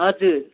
हजुर